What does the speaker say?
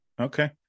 Okay